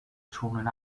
turned